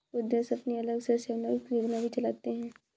कुछ देश अपनी अलग से सेवानिवृत्त योजना भी चलाते हैं